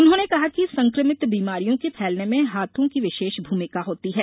उन्होंने कहा कि संक्रमित बीमारियों के फैलने में हाथों की विशेष भूमिका होती है